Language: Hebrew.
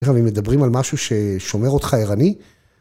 עכשיו, אם מדברים על משהו ששומר אותך ערני...